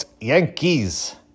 Yankees